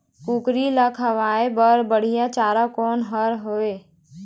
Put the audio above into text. कुकरी ला खवाए बर बढीया चारा कोन हर हावे?